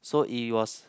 so it was